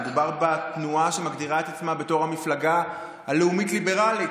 מדובר בתנועה שמגדירה את עצמה בתור המפלגה הלאומית ליברלית.